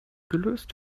gelöst